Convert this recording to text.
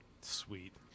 Sweet